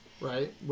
Right